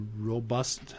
robust